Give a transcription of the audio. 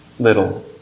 little